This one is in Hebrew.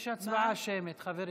יש הצבעה שמית, חברים.